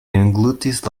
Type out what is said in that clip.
englutis